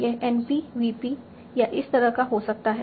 यह N p v p या इस तरह का हो सकता है